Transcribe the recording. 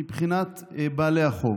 מבחינת בעלי החוב,